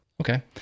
Okay